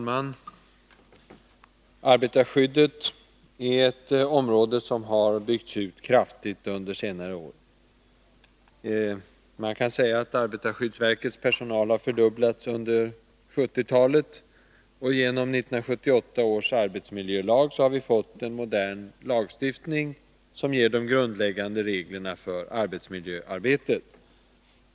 Herr talman! Arbetarskyddet har byggts ut kraftigt under senare år. Arbetarskyddsverkets personal har fördubblats under 1970-talet, och genom 1978 års arbetsmiljölag har vi fått en modern lagstiftning som ger de grundläggande reglerna för arbetsmiljöarbetet.